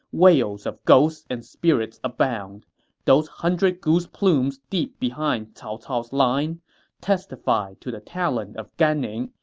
wails of ghosts and spirits abound those hundred goose-plumes deep behind cao cao's line testified to the talent of gan ning,